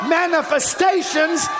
manifestations